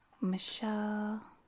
Michelle